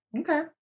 Okay